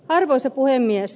arvoisa puhemies